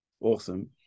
Awesome